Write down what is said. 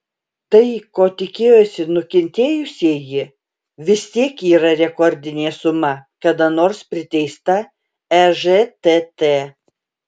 tai ko tikėjosi nukentėjusieji vis tiek yra rekordinė suma kada nors priteista ežtt